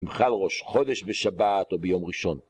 אם חל ראש חודש בשבת או ביום ראשון.